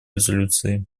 резолюции